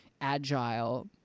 agile